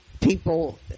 people